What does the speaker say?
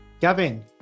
Gavin